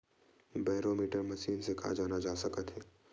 Barometer machine से का जाना जा सकत हे?